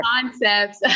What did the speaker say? concepts